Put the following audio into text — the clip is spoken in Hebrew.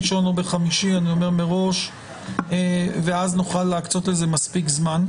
ראשון או ביום חמישי ואז נוכל להקצות לנושא מספיק זמן.